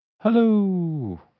Hello